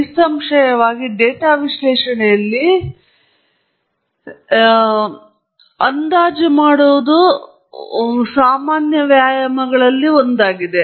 ನಿಸ್ಸಂಶಯವಾಗಿ ಇದು ಡೇಟಾ ವಿಶ್ಲೇಷಣೆಯಲ್ಲಿ ಸಾಮಾನ್ಯ ವ್ಯಾಯಾಮಗಳಲ್ಲಿ ಒಂದಾಗಿದೆ